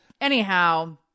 anyhow